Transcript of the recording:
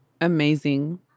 Amazing